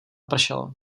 pršelo